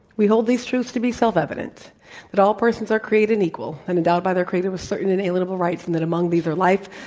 we hold these truths to be self-evident, that all persons are created equal and endowed by their creator with certain inalienable rights, and that among these are life,